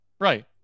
right